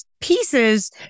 pieces